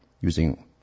Using